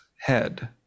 head